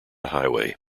highway